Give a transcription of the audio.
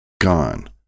Gone